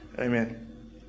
amen